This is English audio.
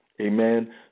Amen